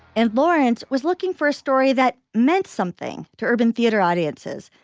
and lawrence was looking for a story that meant something to urban theater audiences,